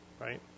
right